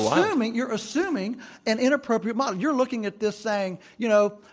assuming you're assuming an inappropriate model. you're looking at this saying, you know,